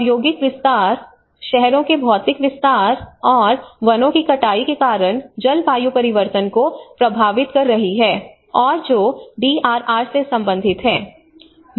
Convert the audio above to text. औद्योगिक विस्तार शहरों के भौतिक विस्तार और वनों की कटाई के कारण जलवायु परिवर्तन को प्रभावित कर रही है और जो डी आर आर से संबंधित है